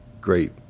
great